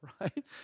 right